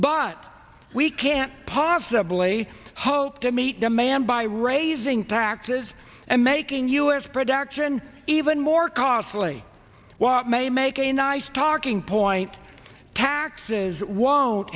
but we can't possibly hope to meet demand by raising taxes and making us production even more costly what may make a nice talking point taxes won't